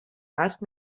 asked